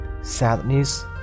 Sadness